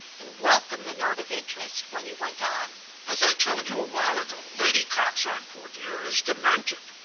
and welcomed the note of interest when he went on as i told you a while ago, lady coxon, poor dear, is demented.